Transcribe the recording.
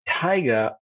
Tiger